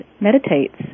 meditates